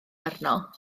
arno